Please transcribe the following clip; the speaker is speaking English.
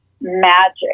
magic